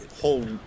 whole